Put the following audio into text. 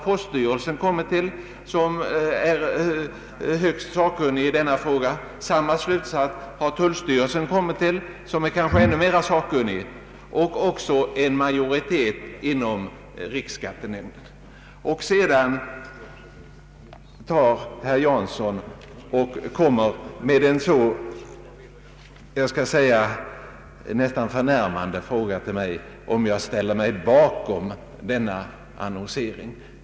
Poststyrelsen, som är högst sakkunnig, och tullstyrelsen, som kanske är ännu mera sakkunnig, har kommit till samma slutsats liksom även en majoritet inom riksskattenämnden. Och så ställer herr Jansson den nästan förnärmande frågan till mig om jag ställer mig bakom denna annonsering.